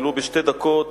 ולו בשתי דקות,